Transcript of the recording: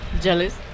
Jealous